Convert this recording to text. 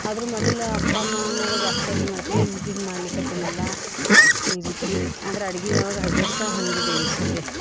ಅದ್ರ ಮೊದಲು ಅಪ್ಪ ಅಮ್ಮ ಮನ್ಯಾಗ ಜಾಸ್ತಿ ಅಡ್ಗಿ ಮಾಡ್ತಿಲ್ಲ ಈಗೀಗ ಮಾಡ್ಲಿಕತ್ತೀನಿ ಎಲ್ಲಾ ಈ ರೀತಿ ಆದ್ರ ಅಡ್ಗಿ ಒಳಗೆ ಹವ್ಯಾಸ ಹೊಂದಿದೆ ಈ ಸರ್ತಿ